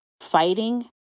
fighting